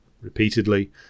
repeatedly